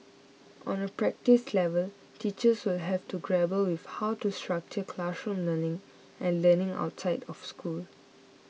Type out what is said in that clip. on a practice level teachers will have to grapple with how to structure classroom learning and learning outside of school